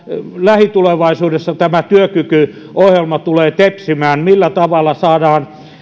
lähitulevaisuudessa tämä työkykyohjelma tulee tepsimään millä tavalla saadaan